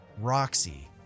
Roxy